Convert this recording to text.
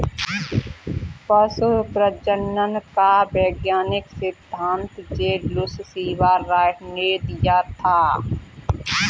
पशु प्रजनन का वैज्ञानिक सिद्धांत जे लुश सीवाल राइट ने दिया था